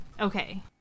Okay